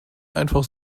einfach